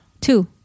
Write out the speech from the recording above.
Two